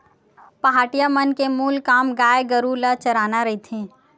पहाटिया मन के मूल काम गाय गरु ल चराना रहिथे